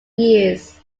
years